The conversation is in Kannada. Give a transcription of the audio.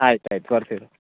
ಆಯ್ತು ಆಯ್ತು ಬರ್ತೀವಿ